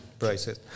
prices